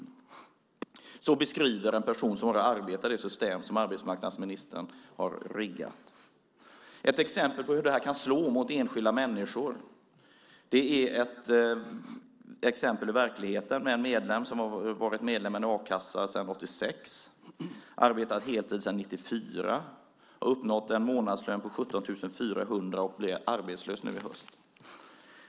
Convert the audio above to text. Det är en beskrivning från en person som arbetar i det system som arbetsmarknadsministern har riggat. Jag ska ge ett exempel ur verkligheten på hur det här kan slå mot enskilda människor. Personen i fråga har varit medlem i en a-kassa sedan 1986, arbetat heltid sedan 1994 och uppnått en månadslön på 17 400 och blev arbetslös nu i höst.